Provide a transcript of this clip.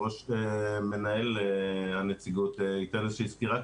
מנהל הנציגות ייתן איזושהי סקירה קצרה.